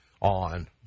on